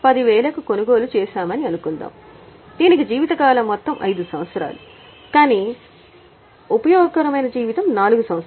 10000 కు కొనుగోలు చేశారని అనుకుందాం దీనికి జీవితకాలం మొత్తం 5 సంవత్సరాలు కానీ ఉపయోగకరమైన జీవితం 4 సంవత్సరాలు